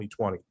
2020